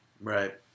Right